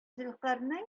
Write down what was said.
зөлкарнәй